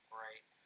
right